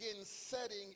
setting